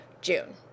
June